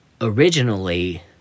originally